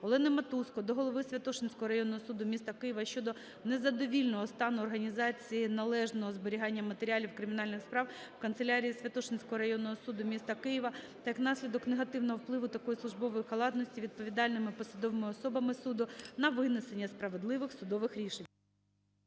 Олени Матузко до голови Святошинського районного суду міста Києва щодо незадовільненого стану організації належного зберігання матеріалів кримінальних справ в канцелярії Святошинського районного суду міста Києва та як наслідок негативного впливу такої службової халатності відповідальними посадовими особами суду на винесення справедливих судових рішень.